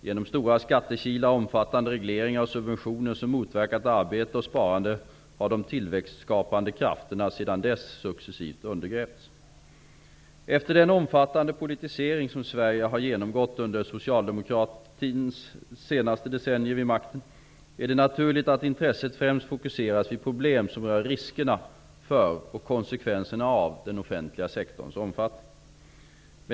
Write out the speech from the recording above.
Genom stora skattekilar, omfattande regleringar och subventioner som motverkat arbete och sparande, har de tillväxtskapande krafterna sedan dess successivt undergrävts. Efter den omfattande politisering som Sverige har genomgått under socialdemokratins senaste decennier vid makten, är det naturligt att intresset främst fokuseras vid problem som rör riskerna för och konsekvenserna av den offentliga sektorns omfattning.